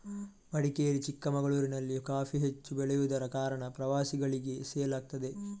ಮಡಿಕೇರಿ, ಚಿಕ್ಕಮಗಳೂರಿನಲ್ಲಿ ಕಾಫಿ ಹೆಚ್ಚು ಬೆಳೆಯುದರ ಕಾರಣ ಪ್ರವಾಸಿಗಳಿಗೆ ಸೇಲ್ ಆಗ್ತದೆ